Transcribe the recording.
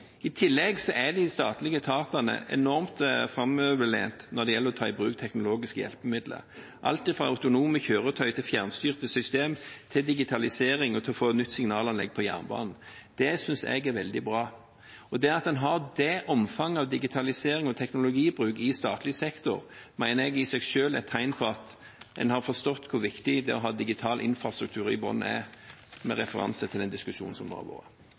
I tillegg er de statlige etatene enormt framoverlente når det gjelder å ta i bruk tekniske hjelpemidler, alt fra autonome kjøretøy til fjernstyrte system til digitalisering og å få nytt signalanlegg på jernbanen. Det synes jeg er veldig bra. Det at en har det omfanget av digitalisering og teknologibruk i statlig sektor, mener jeg i seg selv er et tegn på at en har forstått hvor viktig det å ha digital infrastruktur i bunnen er, med referanse til den diskusjonen som har vært.